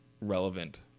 relevant